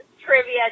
Trivia